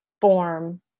form